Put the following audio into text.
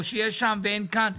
או שיש כאן ואין שם?